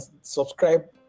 subscribe